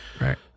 right